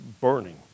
burning